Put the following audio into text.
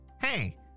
Hey